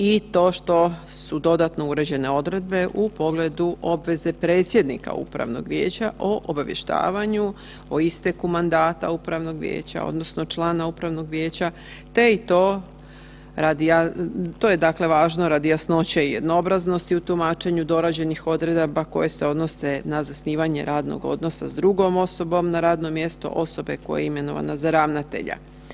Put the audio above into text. I to što su dodatno uređene obveze u pogledu obveze predsjednika upravnog vijeća o obavještavanju o isteku mandata upravnog vijeća odnosno člana upravnog vijeća te i to radi, to je dakle važno radi jasnoće i jednoobraznosti u tumačenju dorađenih odredaba koje se odnose na zasnivanje radnog odnosa s drugom osobom na radno mjesto osobe koja je imenovana za ravnatelja.